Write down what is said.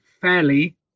fairly